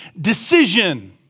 decision